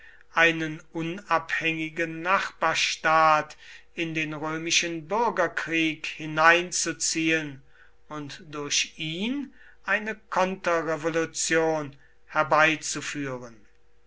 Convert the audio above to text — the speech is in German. einen unabhängigen nachbarstaat in den römischen bürgerkrieg hineinzuziehen und durch ihn eine konterrevolution herbeizuführen